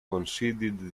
conceded